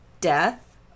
death